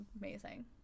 amazing